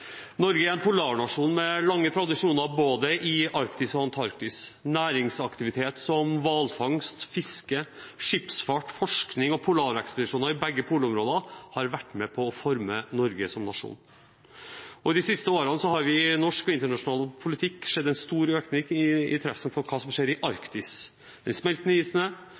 Norge er en polarnasjon med lange tradisjoner både i Arktis og i Antarktis. Næringsaktivitet som hvalfangst, fiske, skipsfart, forskning og polarekspedisjoner i begge polområder har vært med på å forme Norge som nasjon. De siste årene har vi i norsk og internasjonal politikk sett en stor økning i interessen for hva som skjer i Arktis. Den